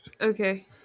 Okay